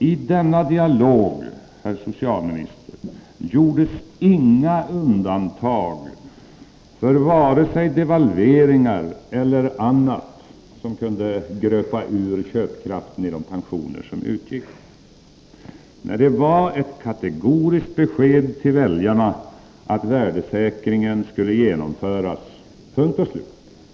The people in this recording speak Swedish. I denna dialog, herr socialminister, gjordes inga undantag för vare sig devalveringar eller annat som kunde gröpa ur köpkraften i de pensioner som utgick. Det var ett kategoriskt besked till väljarna att värdesäkringen skulle genomföras — punkt och slut.